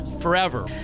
forever